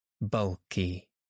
bulky